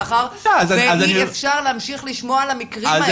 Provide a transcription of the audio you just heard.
מאחר שאי אפשר להמשיך לשמוע על המקרים האלה.